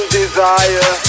desire